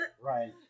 Right